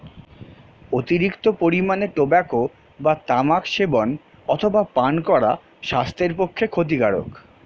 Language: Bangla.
অতিরিক্ত পরিমাণে টোবাকো বা তামাক সেবন অথবা পান করা স্বাস্থ্যের পক্ষে ক্ষতিকারক